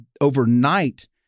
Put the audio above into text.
overnight